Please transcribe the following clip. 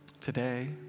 today